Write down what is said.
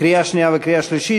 קריאה שנייה וקריאה שלישית.